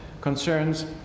concerns